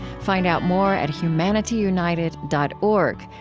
find out more at humanityunited dot org,